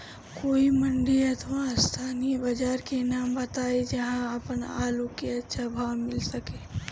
कोई मंडी अथवा स्थानीय बाजार के नाम बताई जहां हमर आलू के अच्छा भाव मिल सके?